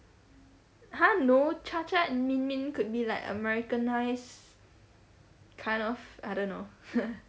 !huh! no cha cha and min min could be like americanised kind of I don't know